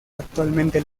actualmente